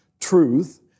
truth